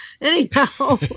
anyhow